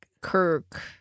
Kirk